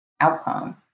outcome